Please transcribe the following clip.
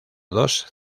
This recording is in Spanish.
dos